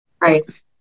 Right